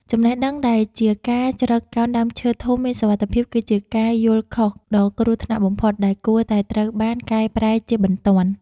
ចំណេះដឹងដែលថាការជ្រកក្រោមដើមឈើធំមានសុវត្ថិភាពគឺជាការយល់ខុសដ៏គ្រោះថ្នាក់បំផុតដែលគួរតែត្រូវបានកែប្រែជាបន្ទាន់។